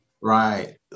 Right